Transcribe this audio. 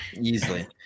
easily